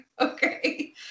okay